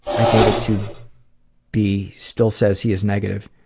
i gave it to be still says he is negative,